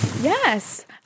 Yes